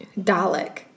Dalek